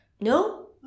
no